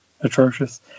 atrocious